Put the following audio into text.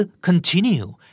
continue